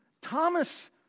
Thomas